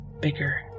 bigger